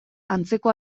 antzeko